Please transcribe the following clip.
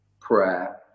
prayer